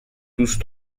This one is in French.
tous